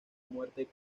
muerte